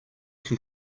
can